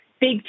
big